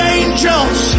angels